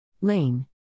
Lane